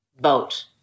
boat